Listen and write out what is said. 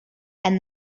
and